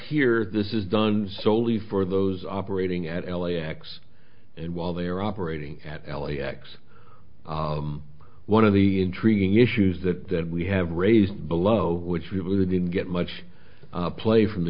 here this is done soley for those operating at l a x and while they are operating at l a x one of the intriguing issues that that we have raised below which we really didn't get much play from the